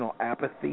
Apathy